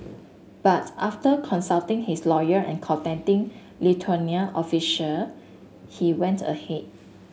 but after consulting his lawyer and contacting Lithuanian official he went ahead